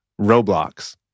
Roblox